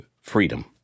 Freedom